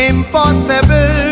Impossible